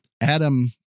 Adam